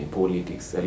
politics